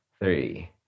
three